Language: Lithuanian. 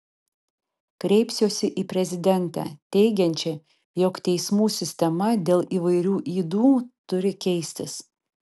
kreipsiuosi į prezidentę teigiančią jog teismų sistema dėl įvairių ydų turi keistis